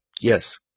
Yes